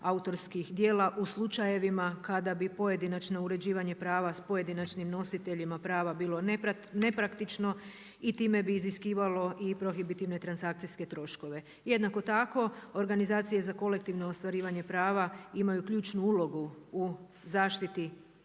autorskih djela u slučajevima kada bi pojedinačno uređivanje prava sa pojedinačnim nositeljima prava bilo nepraktično i time bi iziskivalo i prohibitivne transakcijske troškove. Jednako tako organizacije za kolektivno ostvarivanje prava imaju ključnu ulogu u zaštiti